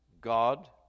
God